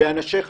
באנשיך,